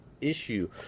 issue